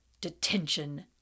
Detention